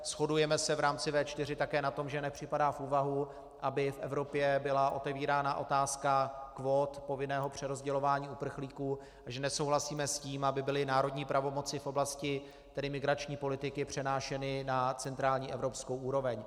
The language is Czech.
Shodujeme se v rámci V4 také na tom, že nepřipadá v úvahu, aby v Evropě byla otevírána otázka kvót povinného přerozdělování uprchlíků, a že nesouhlasíme s tím, aby byly národní pravomoci v oblasti migrační politiky přenášeny na centrální evropskou úroveň.